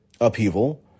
upheaval